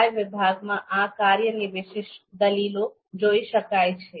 સહાય વિભાગમાં આ કાર્યની વિશિષ્ટ દલીલો જોઇ શકાય છે